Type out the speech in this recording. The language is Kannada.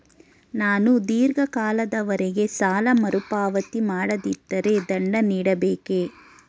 ನಾನು ಧೀರ್ಘ ಕಾಲದವರೆ ಸಾಲ ಮರುಪಾವತಿ ಮಾಡದಿದ್ದರೆ ದಂಡ ನೀಡಬೇಕೇ?